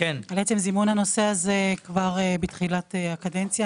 זימון הנושא הזה כבר בתחילת הקדנציה.